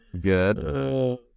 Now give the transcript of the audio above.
good